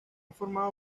formado